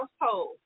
household